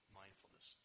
mindfulness